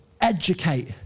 educate